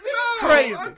crazy